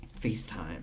FaceTime